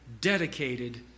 dedicated